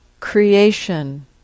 creation